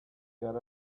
got